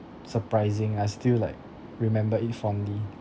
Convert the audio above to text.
surprising I still like remember it fondly